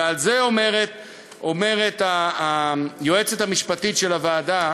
ועל זה אומרת היועצת המשפטית של הוועדה,